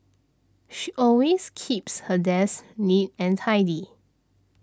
she always keeps her desk neat and tidy